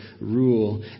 rule